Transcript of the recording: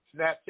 Snapchat